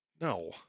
No